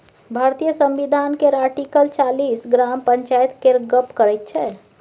भारतीय संविधान केर आर्टिकल चालीस ग्राम पंचायत केर गप्प करैत छै